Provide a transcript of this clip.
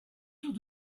tout